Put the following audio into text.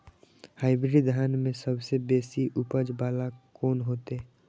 Hybrid धान में सबसे बेसी उपज बाला कोन हेते?